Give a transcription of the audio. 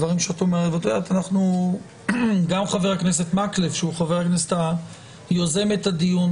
גם חבר הכנסת מקלב שהוא חבר הכנסת שיזם את הדיון,